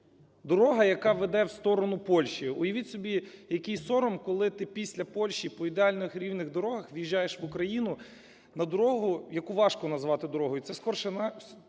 дорога, яка веде в сторону Польщі. Уявіть собі, який сором, коли ти після Польщі по ідеальних, рівних дорогах в'їжджаєш в Україну на дорогу, яку важко назвати дорогою. Це, скорше,